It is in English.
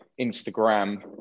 Instagram